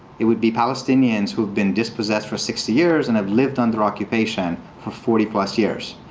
it would be palestinians who have been dispossessed for sixty years, and have lived under occupation for forty plus years.